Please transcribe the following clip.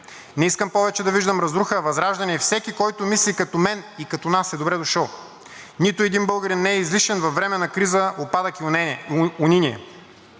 Не искам повече да виждам разрухата, а възраждане и всеки, който мисли като мен и като нас, е добре дошъл. Нито един българин не е излишен във време на криза, упадък и униние.